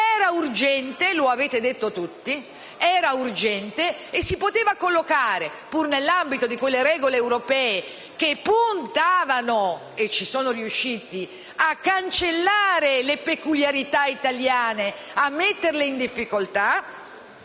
stato urgente, come avete detto tutti (e lo si poteva collocare, pur nell'ambito di quelle regole europee che puntavano a cancellare le peculiarità italiane, a metterle in difficoltà,